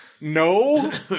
no